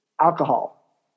alcohol